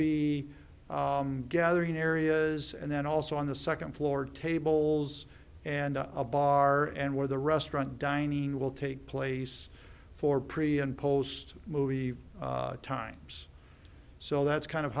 be gathering areas and then also on the second floor tables and a bar and where the restaurant dining will take place for pre and post movie times so that's kind of